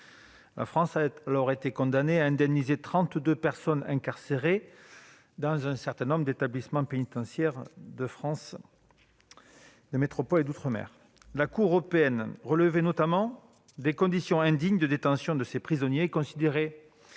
La France a alors été condamnée à indemniser trente-deux personnes incarcérées dans un certain nombre d'établissements pénitentiaires de métropole et d'outre-mer. La Cour européenne des droits de l'homme a notamment relevé des conditions indignes de détention de ces prisonniers, considérant